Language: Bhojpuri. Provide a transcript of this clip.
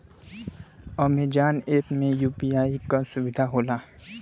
अमेजॉन ऐप में यू.पी.आई क सुविधा होला